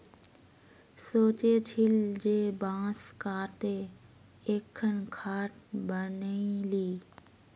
सोचे छिल जे बांस काते एकखन खाट बनइ ली